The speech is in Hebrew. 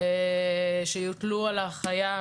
שיוטלו על החייב,